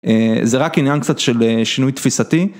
זה רק עניין קצת של שינוי תפיסתי.